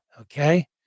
Okay